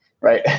right